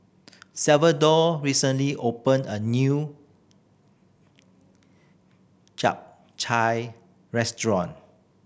Salvador recently opened a new chap restaurant